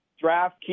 draft